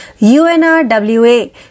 UNRWA